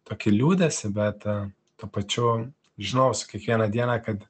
tokį liūdesį bet tuo pačiu žinau su kiekviena diena kad